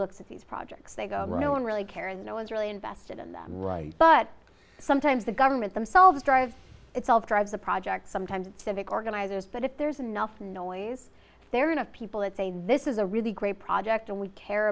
looks at these projects they go around really care and no one's really invested in the right but sometimes the government themselves drive itself drives the project sometimes it's civic organizers but if there's enough noise there enough people that say this is a really great project and we care